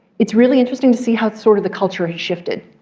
it's really interesting to see how sort of the culture has shifted.